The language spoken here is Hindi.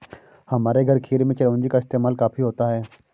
हमारे घर खीर में चिरौंजी का इस्तेमाल काफी होता है